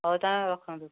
ହଉ ତାହେଲେ ରଖନ୍ତୁ